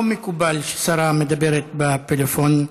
לא מקובל ששרה מדברת בפלאפון,